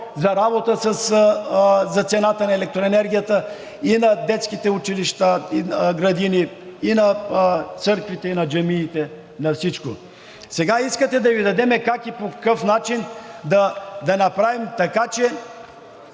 за работа за цената на електроенергията и на детските градини, училища и на църквите, и на джамиите, и на всичко. Сега искате да Ви дадем как и по какъв начин да направим така, че…